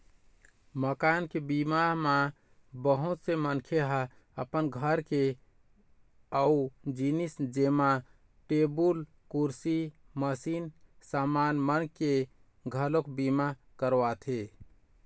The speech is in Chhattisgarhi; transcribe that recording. मकान के बीमा म बहुत से मनखे ह अपन घर के अउ जिनिस जेमा टेबुल, कुरसी, मसीनी समान मन के घलोक बीमा करवाथे